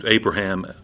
Abraham